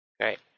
Great